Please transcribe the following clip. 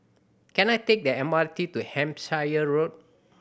can I take the M R T to Hampshire Road